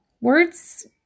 Words